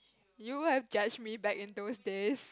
you have judged me back in those days